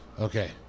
Okay